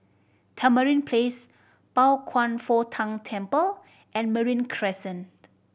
Tamarind Place Pao Kwan Foh Tang Temple and Marine Crescent